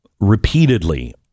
repeatedly